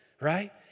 right